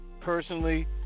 personally